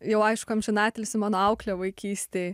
jau aišku amžinatilsį mano auklė vaikystėj